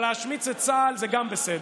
אבל להשמיץ את צה"ל זה גם בסדר,